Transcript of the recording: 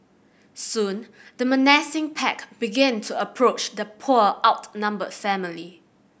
soon the menacing pack began to approach the poor outnumbered family